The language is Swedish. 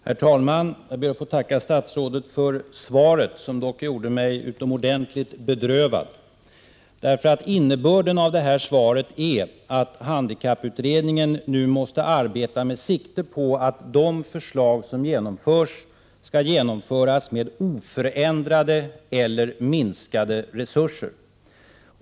Herr talman! Jag ber att få tacka statsrådet för svaret, som dock gjorde mig utomordentligt bedrövad. Innebörden av svaret är att handikapputredningen nu måste arbeta med sikte på att de förslag som förverkligas skall genomföras med oförändrade eller minskade resurser.